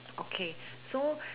okay so